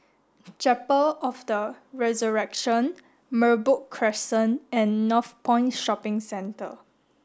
Chapel of the Resurrection Merbok Crescent and Northpoint Shopping Centre